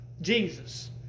Jesus